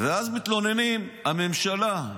ואז מתלוננים: הממשלה.